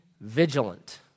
vigilant